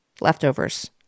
leftovers